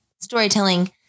storytelling